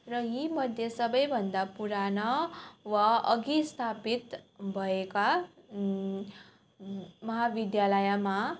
र यीमध्ये सबैभन्दा पुरानो वा अघि स्थापित भएका महाविद्यालयमा